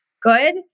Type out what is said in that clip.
good